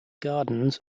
gardens